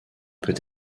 peut